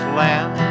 land